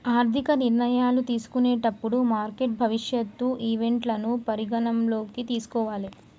ఆర్థిక నిర్ణయాలు తీసుకునేటప్పుడు మార్కెట్ భవిష్యత్ ఈవెంట్లను పరిగణనలోకి తీసుకోవాలే